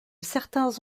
certains